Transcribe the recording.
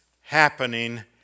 happening